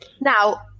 now